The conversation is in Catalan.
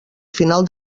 final